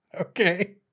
Okay